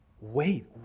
Wait